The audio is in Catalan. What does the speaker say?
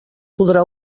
podrà